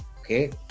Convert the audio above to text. okay